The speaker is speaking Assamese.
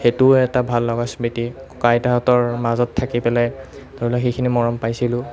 সেইটোও এটা ভাল লগা স্মৃতি ককা আইতাহঁতৰ মাজত থাকি পেলাই ধৰি লওক সেইখিনি মৰম পাইছিলোঁ